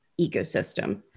ecosystem